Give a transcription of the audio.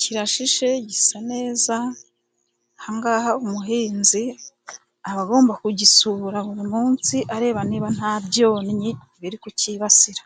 kirashishe, gisa neza, aha ngaha umuhinzi aba agomba kugisura buri munsi, areba niba nta byonnyi biri kucyibasira.